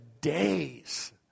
Days